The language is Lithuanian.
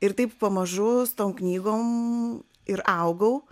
ir taip pamažu su tom knygom ir augau